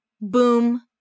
boom